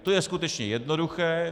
To je skutečně jednoduché.